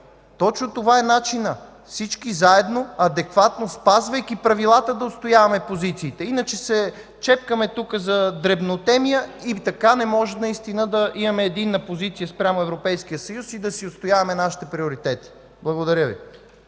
Точно това е начинът – всички заедно, адекватно, спазвайки правилата да отстояваме позициите. Иначе се чепкаме за дребнотемия и така наистина не можем да имаме единна позиция спрямо Европейския съюз и да си отстояваме нашите приоритети. Благодаря Ви.